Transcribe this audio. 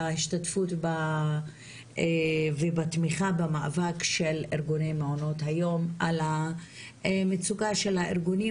בהשתתפות ובתמיכה במאבק של ארגוני מעונות היום על המצוקה של הארגונים,